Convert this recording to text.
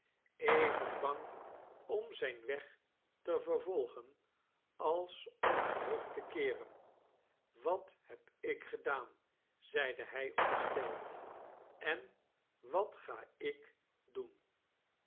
even bang om zqn weg te vervolgen als om terug te keeren wat heb ik gedaan zeide hij ontsteld en wat ga ik doen